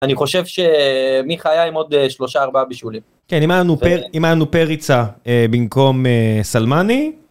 אני חושב שמיכה היה עם עוד שלושה ארבעה בישולים. כן, אם היה לנו פריצה במקום סלמני.